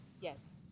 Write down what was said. Yes